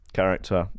character